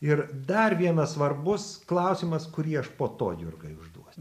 ir dar vienas svarbus klausimas kurį aš po to jurgai užduos